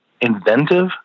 inventive